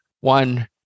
one